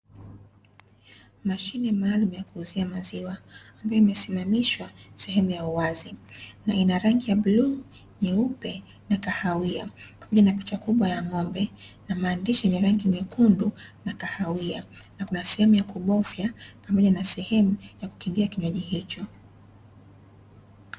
Mashine maalumu ya kuuzia maziwa, ambayo imesimamishwa sehemu ya uwazi. Na ina rangi ya bluu, nyeupe na kahawia; pamoja na picha kubwa ya ng'ombe; na maandishi yenye rangi nyekundu na kahawia. Na kuna sehemu ya kubofya pamoja na sehemu ya kukingia kinywaji hicho.